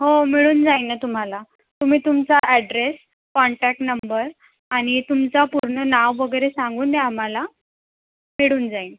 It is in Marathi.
हो मिळून जाईल ना तुम्हाला तुम्ही तुमचा ॲड्रेस कॉन्टॅक्ट नंबर आणि तुमचा पूर्ण नाव वगैरे सांगून द्या आम्हाला मिळून जाईल